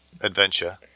adventure